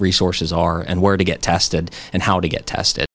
resources are and where to get tested and how to get tested